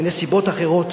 בנסיבות אחרות